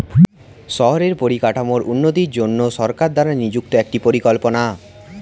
শহরের পরিকাঠামোর উন্নতির জন্য সরকার দ্বারা নিযুক্ত একটি পরিকল্পনা